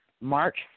March